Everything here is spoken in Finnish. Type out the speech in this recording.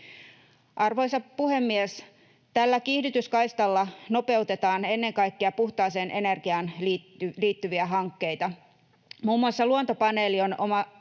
Arvoisa puhemies! Tällä kiihdytyskaistalla nopeutetaan ennen kaikkea puhtaaseen energiaan liittyviä hankkeita. Muun muassa Luontopaneeli on